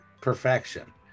perfection